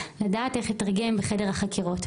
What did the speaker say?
לדעת איך לתרגם בחדר בחקירות.